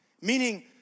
Meaning